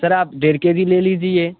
sir आप डेढ़ KG ले लीजिए